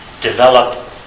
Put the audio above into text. develop